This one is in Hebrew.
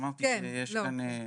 אמרתי שיש כאן,